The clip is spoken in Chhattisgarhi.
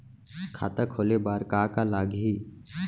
खाता खोले बार का का लागही?